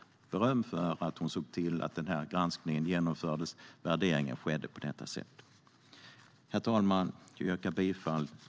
Hon fick alltså beröm för att hon såg till att denna granskning genomfördes och att värderingen skedde på detta sätt. Herr talman!